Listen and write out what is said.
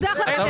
זה החלטת מנכ"ל.